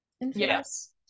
yes